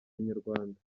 inyarwanda